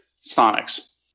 Sonics